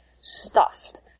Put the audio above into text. stuffed